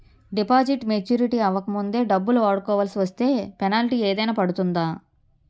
Deposit maturity అవ్వక ముందే డబ్బులు వాడుకొవాల్సి వస్తే పెనాల్టీ ఏదైనా పడుతుందా?